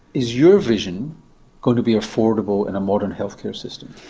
is your vision going to be affordable in a modern healthcare system?